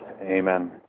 Amen